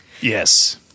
Yes